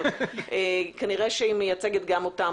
אבל כנראה מייצגת גם אותם